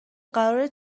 قرارت